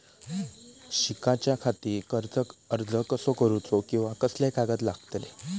शिकाच्याखाती कर्ज अर्ज कसो करुचो कीवा कसले कागद लागतले?